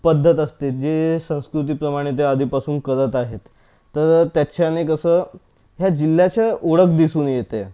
पद्धत असते जे संस्कृतीप्रमाणे ते आधीपासून करत आहेत तर त्याच्याने कसं ह्या जिल्ह्याच्या ओळख दिसून येते